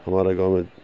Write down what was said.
ہمارے گاؤں میں